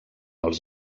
els